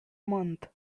month